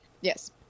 yes